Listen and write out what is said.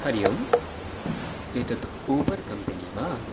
हरि ओम् एतत् Uber company वा